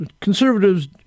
conservatives